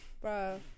Bro